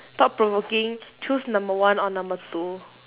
thought provoking choose number one or number two